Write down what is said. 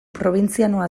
probintzianoa